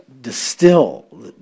distill